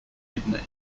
kidney